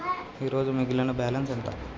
ఈరోజు మిగిలిన బ్యాలెన్స్ ఎంత?